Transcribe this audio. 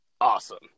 awesome